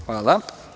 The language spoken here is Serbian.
Hvala.